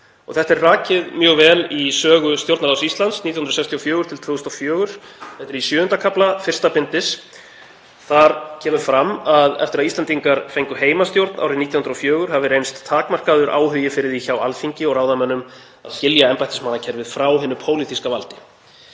Þetta er rakið mjög vel í Sögu Stjórnarráðs Íslands 1964–2004, þetta er í VII. kafla fyrsta bindis. Í þeim kafla kemur fram að eftir að Íslendingar fengu heimastjórn árið 1904 hafi reynst takmarkaður áhugi fyrir því hjá Alþingi og ráðamönnum að skilja embættismannakerfið frá hinu pólitíska valdi.